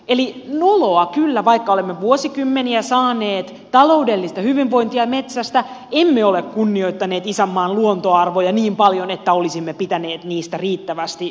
eli noloa kyllä vaikka olemme vuosikymmeniä saaneet taloudellista hyvinvointia metsästä emme ole kunnioittaneet isänmaan luontoarvoja niin paljon että olisimme pitäneet niistä riittävästi huolta